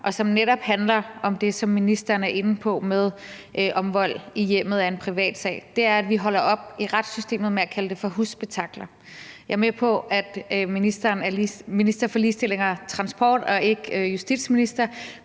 og som netop handler om det, som ministeren er inde på, med, om vold i hjemmet er en privatsag, er, at vi holder op med i retssystemet at kalde det for husspektakler. Jeg er med på, at ministeren er minister for ligestilling og transport og ikke justitsminister,